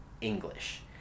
English